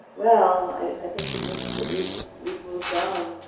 well, i think it means that we we've moved on.